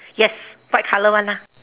yes white color one ah